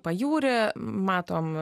pajūrį matom